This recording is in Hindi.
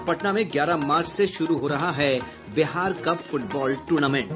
और पटना में ग्यारह मार्च से शुरू हो रहा है बिहार कप फुटबॉल टूर्नामेंट